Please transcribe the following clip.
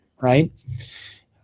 right